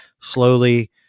slowly